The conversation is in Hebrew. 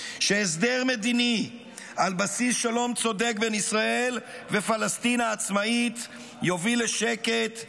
שהסדר מדיני על בסיס שלום צודק בין ישראל ופלסטין העצמאית יוביל לשקט,